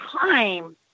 time